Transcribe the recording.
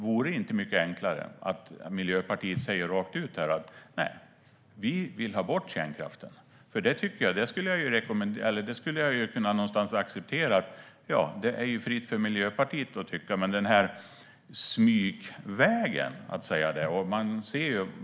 Vore det inte mycket enklare att Miljöpartiet säger rakt ut att partiet vill ha bort kärnkraften? Det skulle jag någonstans kunna acceptera. Det står Miljöpartiet fritt att tycka så. Men att de går den här smygvägen kan jag inte acceptera.